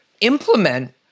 implement